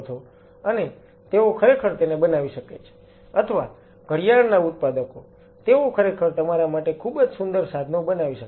અને તેઓ ખરેખર તેને બનાવી શકે છે અથવા ઘડિયાળના ઉત્પાદકો તેઓ ખરેખર તમારા માટે ખૂબ જ સુંદર સાધનો બનાવી શકે છે